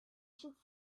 should